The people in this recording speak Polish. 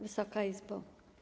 Wysoka Izbo!